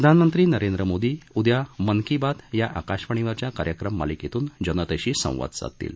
प्रधानमंत्री नरेंद्र मोदी उदया मन की बात या आकाशवाणीवरच्या कार्यक्रम मालिकेतून जनतेशी संवाद साधतील